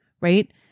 Right